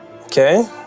Okay